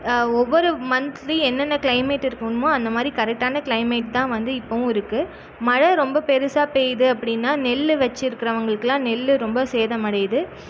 ஒவ்வொரு மந்த்லி என்னென்ன கிளைமேட் இருக்கணுமா அந்த மாதிரி கரெக்டான கிளைமேட்தான் வந்து இப்போதும் இருக்கு மழை ரொம்ப பெருசாக பெய்யுது அப்படின்னா நெல் வச்சிருக்கிறவங்களுக்குலாம் நெல் ரொம்ப சேதமடையுது